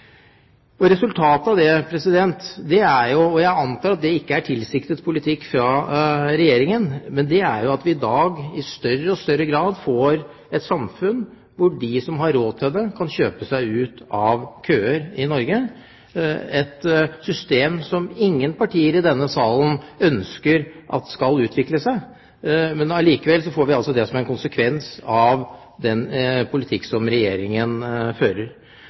2009. Resultatet av det er jo – og jeg antar at det ikke er tilsiktet politikk fra Regjeringens side – at vi i dag i større og større grad får et samfunn hvor de som har råd til det, kan kjøpe seg ut av køer i Norge. Ingen partier i denne salen ønsker at et slikt system skal utvikle seg, men allikevel blir det altså konsekvensen av den politikk Regjeringen fører.